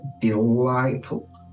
delightful